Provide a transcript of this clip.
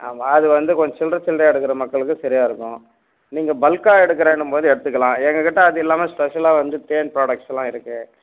ஆமாம் அது வந்து கொஞ்சம் சில்லற சில்றையாக எடுக்கிற மக்களுக்கு சரியாக இருக்கும் நீங்கள் பல்க்காக எடுக்கிறேன்னும்போது எடுத்துக்கலாம் எங்கள்கிட்ட அது இல்லாமல் ஸ்பெஷலாக வந்து தேன் ப்ராடக்ஸ்லாம் இருக்கு